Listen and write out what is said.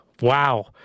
wow